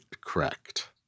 correct